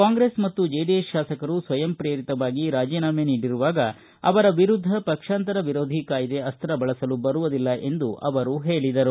ಕಾಂಗ್ರೆಸ್ ಮತ್ತು ಜೆಡಿಎಸ್ ಶಾಸಕರು ಸ್ವಯಂ ಶ್ರೇರಿತವಾಗಿ ರಾಜಿನಾಮೆ ನೀಡಿರುವಾಗ ಅವರ ವಿರುದ್ಧ ಪಕ್ಷಾಂತರ ವಿರೋಧಿ ಕಾಯ್ದೆ ಅಸ್ತ ಬಳಸಲು ಬರುವುದಿಲ್ಲ ಎಂದು ಅವರು ಹೇಳಿದರು